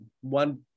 one